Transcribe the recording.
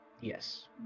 Yes